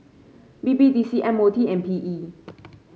B B D C M O T and P E